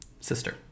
sister